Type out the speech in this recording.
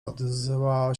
odezwała